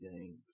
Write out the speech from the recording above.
games